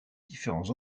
différents